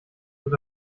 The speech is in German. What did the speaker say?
wird